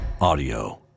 audio